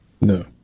No